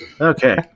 Okay